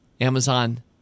Amazon